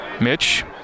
Mitch